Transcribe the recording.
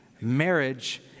Marriage